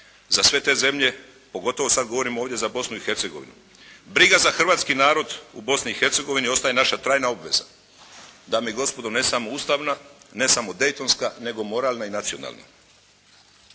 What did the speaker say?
za sve te zemlje pogotovo sad govorimo ovdje za Bosnu i Hercegovinu. Briga za hrvatski narod u Bosni i Hercegovini ostaje naša trajna obveza. Dame i gospodo ne samo ustavna, ne samo Dayton-ska nego moralna i nacionalna.